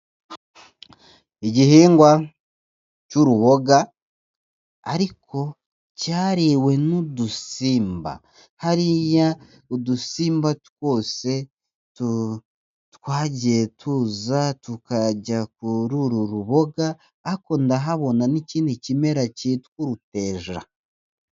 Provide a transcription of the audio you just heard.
Igihingwa cy'uruboga ariko cyariwe n'udusimba hariya udusimba twose twagiye tuza tukajya kuri uru ruboga ariko ndahabona n'kindi kimera cyitwa uruteja.